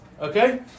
Okay